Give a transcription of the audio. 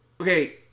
Okay